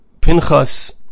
Pinchas